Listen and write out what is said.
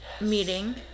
Meeting